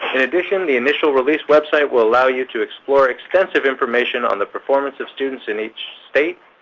in addition, the initial release website will allow you to explore extensive information on the performance of students in each state,